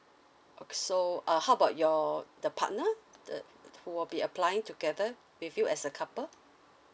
ok~ so uh how about your the partner the who will applying together with you as a couple